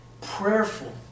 Prayerful